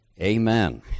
Amen